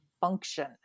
function